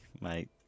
mate